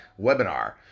webinar